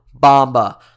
Bamba